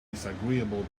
disagreeable